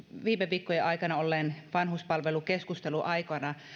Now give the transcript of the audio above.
viime viikkojen aikana olleen vanhuspalvelukeskustelun aikana